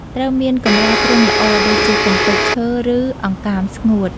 ត្រូវមានកម្រាលទ្រុងល្អ ដូចជាកម្ទេចឈើ ឬអង្កាមស្ងួត។